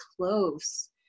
close